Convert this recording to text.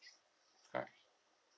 right